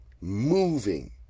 moving